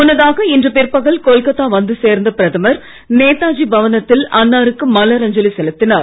முன்னதாக இன்று பிற்பகல் கொல்கத்தா வந்து சேர்ந்த பிரதமர் நேதாஜி பவனத்தில் அன்னாருக்கு மலர் அஞ்சலி செலுத்தினார்